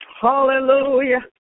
Hallelujah